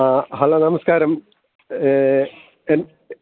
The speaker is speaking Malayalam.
ആ ഹലോ നമസ്കാരം എൻ